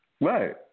Right